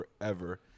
forever